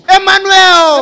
Emmanuel